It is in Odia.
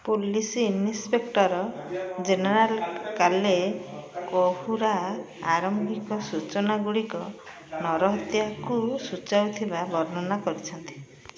ପୋଲିସ୍ ଇନ୍ସ୍ପେକ୍ଟର୍ ଜେନେରାଲ୍ କାଲେ କହୁରା ପ୍ରାରମ୍ଭିକ ସୂଚନାଗୁଡ଼ିକ ନରହତ୍ୟାକୁ ସୂଚାଉଥିବା ବର୍ଣ୍ଣନା କରିଛନ୍ତି